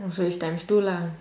so it's times two lah